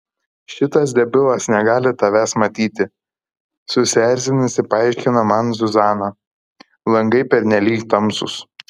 šitas debilas negali tavęs matyti susierzinusi paaiškino man zuzana langai pernelyg tamsūs